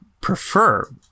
prefer